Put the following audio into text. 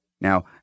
Now